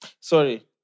Sorry